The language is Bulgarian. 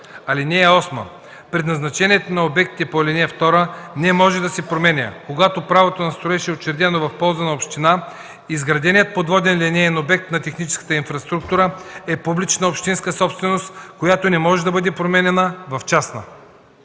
52в. (8) Предназначението на обектите по ал. 2 не може да се променя. Когато правото на строеж е учредено в полза на община, изграденият подводен линеен обект на техническата инфраструктура е публична общинска собственост, която не може да бъде променяна в частна.”